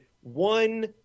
one